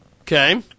Okay